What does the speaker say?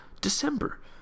December